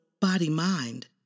body-mind